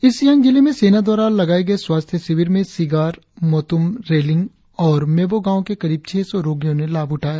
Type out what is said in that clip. east Siang जिले में सेना द्वारा लगाए गए स्वास्थ्य शिविर में शिगार मोतुम रेलिंग और मेबो गांव के करीब छह सौ रोगियों ने लाभ उठाया